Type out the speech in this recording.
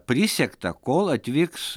prisegtą kol atvyks